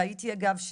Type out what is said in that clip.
אגב,